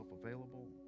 available